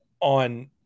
on